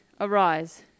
Arise